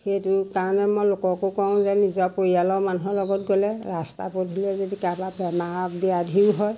সেইটো কাৰণে মই লোককো কওঁ যে নিজৰ পৰিয়ালৰ মানুহৰ লগত গ'লে ৰাস্তা পদূলিয়ে যদি কাৰোবাৰ বেমাৰ ব্যাধিও হয়